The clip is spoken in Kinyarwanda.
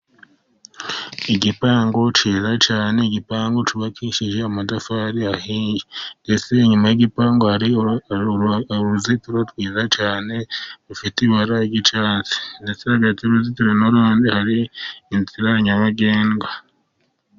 Igipangu cyiza cyane, n'igipangu cyubakishije amatafari ahiye, inyuma y'igipangu hari uruziitiro rwiza cyane, rufite ibara ry'icyatsi, ndetse hagati y'uruzitiro n'urundi hari inzira nyabagendwa.